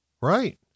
Right